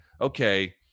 okay